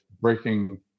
breaking